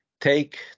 take